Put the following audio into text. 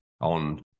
on